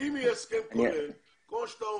אם יהיה הסכם כולל, כמו שאתה אומר,